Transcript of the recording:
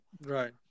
Right